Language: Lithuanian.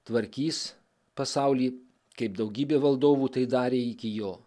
tvarkys pasaulį kaip daugybė valdovų tai darė iki jo